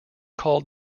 called